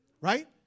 right